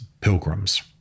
pilgrims